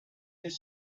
this